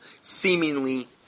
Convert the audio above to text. seemingly